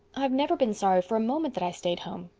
i've never been sorry for a moment that i stayed home.